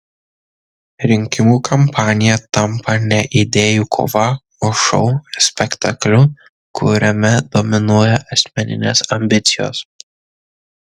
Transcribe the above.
rinkimų kampanija tampa ne idėjų kova o šou spektakliu kuriame dominuoja asmeninės ambicijos